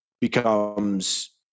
becomes